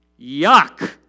Yuck